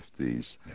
50s